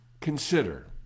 Consider